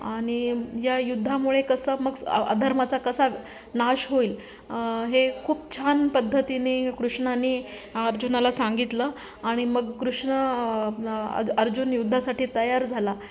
आणि या युद्धामुळे कसं मग अधर्माचा कसा नाश होईल हे खूप छान पद्धतीने कृष्णाने अर्जुनाला सांगितलं आणि मग कृष्ण अर्जुन युद्धासाठी तयार झाला